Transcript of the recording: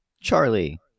Charlie